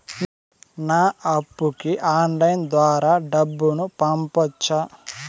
నా అప్పుకి ఆన్లైన్ ద్వారా డబ్బును పంపొచ్చా